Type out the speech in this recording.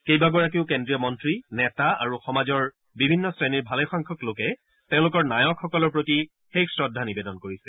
কেইবাগৰাকীও কেন্দ্ৰীয় মন্নী নেতা আৰু সমাজৰ বিভিন্ন শ্ৰেণীৰ ভালেসংখ্যক লোকে তেওঁলোকৰ নায়কসকলৰ প্ৰতি শেষ শ্ৰদ্ধা নিবেদন কৰিছে